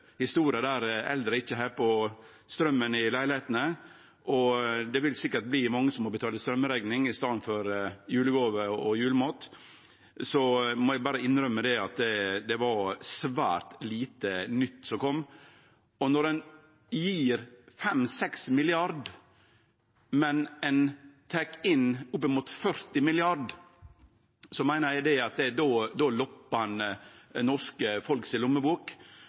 det vil sikkert bli mange som må betale straumrekning i staden for julegåver og julemat – må eg berre innrømme at det var svært lite nytt som kom. Og når ein gjev 5–6 mrd. kr, men tek inn oppimot 40 mrd. kr, då meiner eg at ein loppar norske folk si lommebok. Eg trudde ikkje at denne salen ville at vi skulle gjere det sånn. Når det er